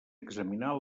examinar